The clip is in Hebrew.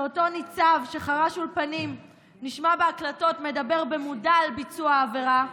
שאותו ניצב שחרש אולפנים נשמע בהקלטות מדבר במודע על ביצוע העבירה,